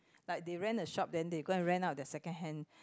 like they rent a shop then they go and rent out their secondhand